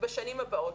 בשנים הבאות.